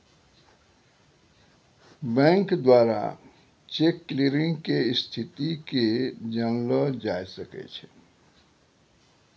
bank द्वारा cheque clearing के स्थिति के जानलो जाय सकै छै